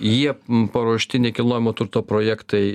jie paruošti nekilnojamo turto projektai